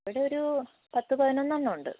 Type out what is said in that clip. ഇവിടെ ഒരു പത്ത് പതിനൊന്നെണ്ണമുണ്ട്